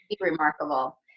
remarkable